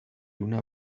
una